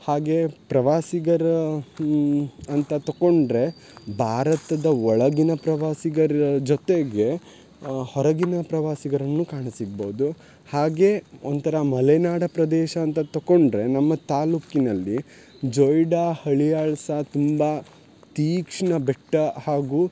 ಹಾಗೇ ಪ್ರವಾಸಿಗರು ಅಂತ ತಕೊಂಡರೆ ಭಾರತದ ಒಳಗಿನ ಪ್ರವಾಸಿಗರ ಜೊತೆಗೆ ಹೊರಗಿನ ಪ್ರವಾಸಿಗರನ್ನು ಕಾಣಸಿಗ್ಬೌದು ಹಾಗೇ ಒಂಥರ ಮಲೆನಾಡ ಪ್ರದೇಶ ಅಂತ ತಕೊಂಡರೆ ನಮ್ಮ ತಾಲೂಕಿನಲ್ಲಿ ಜೊಯ್ಡಾ ಹಳಿಯು ಸಾ ತುಂಬ ತೀಕ್ಷಣ ಬೆಟ್ಟ ಹಾಗು